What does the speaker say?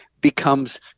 becomes